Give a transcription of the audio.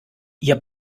ihr